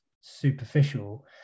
superficial